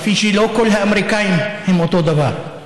כפי שלא כל האמריקנים הם אותו דבר: